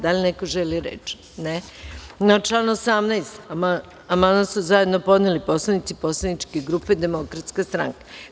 Da li neko želi reč? (Ne) Na član 18. amandman su zajedno podneli poslanici Poslaničke grupe Demokratska stranka.